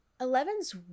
Eleven's